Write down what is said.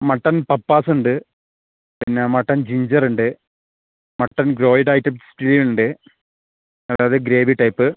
mutton pappas ഉണ്ട് പിന്ന mutton ginger ഉണ്ട് മട്ടൺ ഗ്ളോയ്ഡ് ആയിട്ട് സ്റ്റൂ ഉണ്ട് അതായത് ഗ്രേവി ടൈപ്പ്